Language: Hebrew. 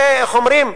זה, איך אומרים?